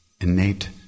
innate